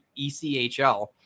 ECHL